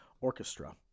orchestra